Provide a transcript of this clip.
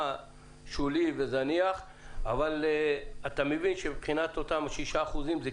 שולי וזניח אבל אתה מבין שמבחינת אותם אנשים זה קיומי.